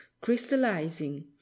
crystallizing